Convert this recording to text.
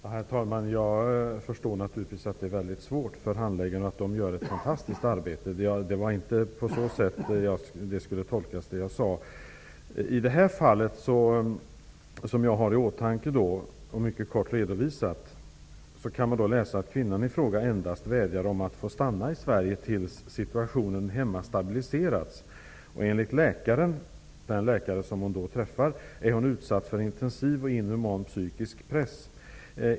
Herr talman! Jag förstår naturligtvis att det är mycket svårt för handläggarna och att de gör ett fantastiskt arbete. Det var inte så det jag sade skulle tolkas. I det fall som jag har i åtanke och kort har redovisat kan man läsa att kvinnan i fråga endast vädjar om att få stanna i Sverige tills situationen hemma har stabiliserats. Enligt den läkare som hon träffar är hon utsatt för intensiv och inhuman psykisk press.